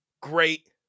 great